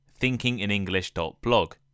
thinkinginenglish.blog